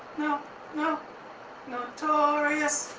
no no notorious.